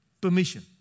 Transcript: permission